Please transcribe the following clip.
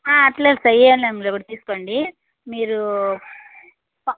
హా అలాగే సర్ ఆ ఇఏంఐలో కూడా తీసుకోండి మీరూ